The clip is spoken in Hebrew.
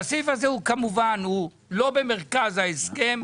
כשהסעיף הזה הוא לא במרכז ההסכם,